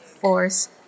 force